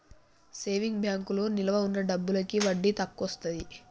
saving బ్యాంకులో నిలవ ఉన్న డబ్బులకి వడ్డీ తక్కువొస్తది